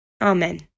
Amen